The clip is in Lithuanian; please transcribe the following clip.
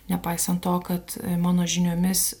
nepaisant to kad mano žiniomis